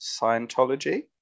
Scientology